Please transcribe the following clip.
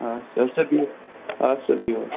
اَدٕ سا بِہِو اَدٕ سا بِہِو